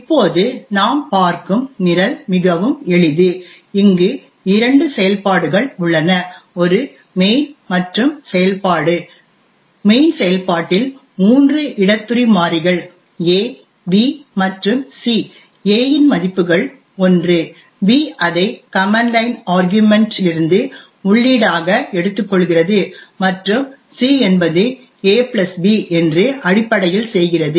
இப்போது நாம் பார்க்கும் நிரல் மிகவும் எளிது இங்கு இரண்டு செயல்பாடுகள் உள்ளன ஒரு மெயின் மற்றும் செயல்பாடு மெயின் செயல்பாட்டில் மூன்று இடத்துரி மாறிகள் ab மற்றும் c a இன் மதிப்புகள் 1 b அதை கமன்ட் லைன் ஆர்க்யுமன்ட் இலிருந்து உள்ளீடாக எடுத்துக்கொள்கிறது மற்றும் c என்பது ab என்று அடிப்படையில் செய்கிறது